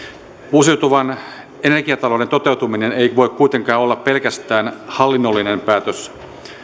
uusiutuvan energiatalouden toteutuminen ei voi kuitenkaan olla pelkästään hallinnollinen päätös